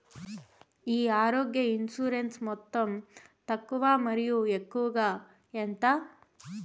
ఈ ఆరోగ్య ఇన్సూరెన్సు మొత్తం తక్కువ మరియు ఎక్కువగా ఎంత?